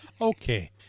Okay